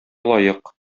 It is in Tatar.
лаек